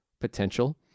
potential